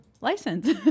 license